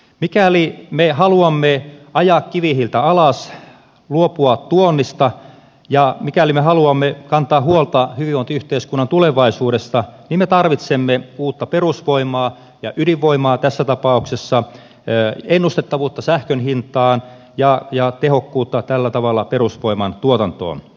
mikäli me haluamme ajaa kivihiiltä alas luopua tuonnista ja mikäli me haluamme kantaa huolta hyvinvointiyhteiskunnan tulevaisuudesta niin me tarvitsemme uutta perusvoimaa ja ydinvoimaa tässä tapauksessa ennustettavuutta sähkön hintaan ja tehokkuutta tällä tavalla perusvoiman tuotantoon